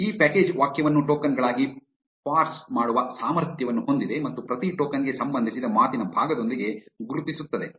ಈ ಪ್ಯಾಕೇಜ್ ವಾಕ್ಯವನ್ನು ಟೋಕನ್ ಗಳಾಗಿ ಪಾರ್ಸ್ ಮಾಡುವ ಸಾಮರ್ಥ್ಯವನ್ನು ಹೊಂದಿದೆ ಮತ್ತು ಪ್ರತಿ ಟೋಕನ್ ಗೆ ಸಂಬಂಧಿಸಿದ ಮಾತಿನ ಭಾಗದೊಂದಿಗೆ ಗುರುತಿಸುತ್ತದೆ